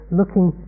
looking